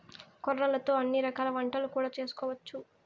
కొర్రలతో అన్ని రకాల వంటలు కూడా చేసుకోవచ్చు